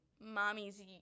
mommy's